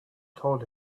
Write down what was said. told